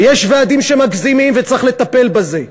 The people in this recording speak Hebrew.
ויש ועדים שמגזימים וצריך לטפל בזה.